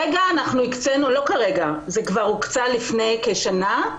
הקצנו 60 תקנים כבר לפני כשנה.